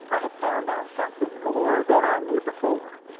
i have found out something more than i knew before.